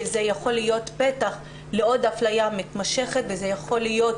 כי זה יכול להיות פתח לעוד אפליה מתמשכת וזה יכול להיות